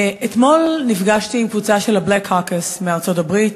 אתמול נפגשתי עם קבוצה של ה-Black Caucus מארצות-הברית,